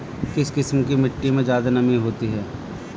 किस किस्म की मिटटी में ज़्यादा नमी होती है?